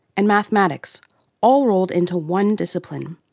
and mathematics all rolled into one discipline.